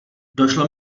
došlo